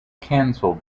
canceled